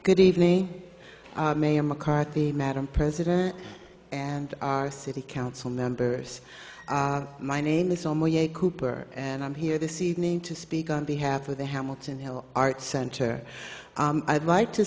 good evening mayor mccarthy madam president and our city council members my name is only a coupe or and i'm here this evening to speak on behalf of the hamilton hill art center i'd like to